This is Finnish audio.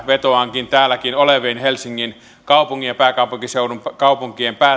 vetoankin täälläkin oleviin helsingin kaupungin ja pääkaupunkiseudun kaupunkien